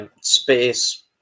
Space